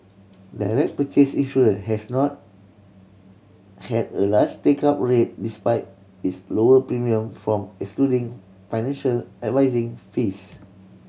direct purchase insurance has not had a large take up rate despite its lower premium from excluding financial advising fees